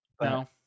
no